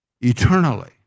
eternally